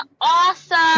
awesome